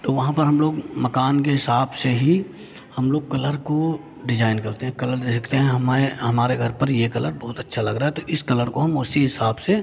तो वहाँ पर हम लोग मकान के हिसाब से ही हम लोग कलर को डिज़ाइन करते हैं कलर देखते हैं हमारे हमारे घर पर ये कलर बहुत अच्छा लग रहा है तो इस कलर को हम उसी हिसाब से